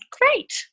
great